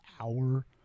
hour